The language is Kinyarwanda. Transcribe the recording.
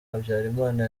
habyarimana